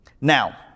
Now